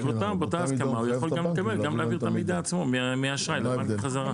אז באותה הסכמה הוא יכול גם להעביר את המידע עצמו מהאשראי לבנק בחזרה.